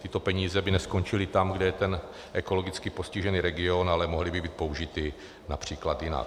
Tyto peníze by neskončily tam, kde je ten ekologicky postižený region, ale mohly by být použity například jinak.